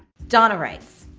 donna writes,